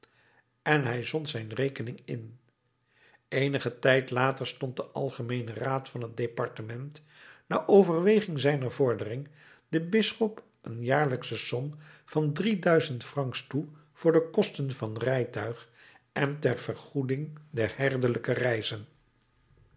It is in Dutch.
en hij zond zijn rekening in eenigen tijd later stond de algemeene raad van het departement na overweging zijner vordering den bisschop een jaarlijksche som van drie duizend francs toe voor de kosten van rijtuig en ter vergoeding der herderlijke reizen